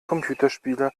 computerspiele